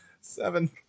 Seven